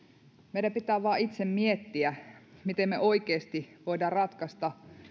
meidän pitää vain itse miettiä miten me oikeasti voimme ratkaista